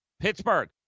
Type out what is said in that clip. Pittsburgh